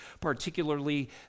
particularly